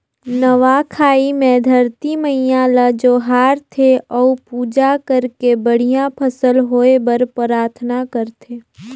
नवा खाई मे धरती मईयां ल जोहार थे अउ पूजा करके बड़िहा फसल होए बर पराथना करथे